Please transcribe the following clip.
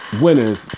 Winners